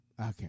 Okay